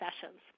sessions